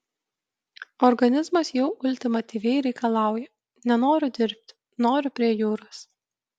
organizmas jau ultimatyviai reikalauja nenoriu dirbti noriu prie jūros